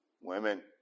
Women